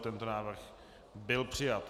Tento návrh byl přijat.